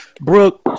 Brooke